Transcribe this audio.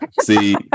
see